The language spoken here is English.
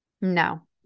No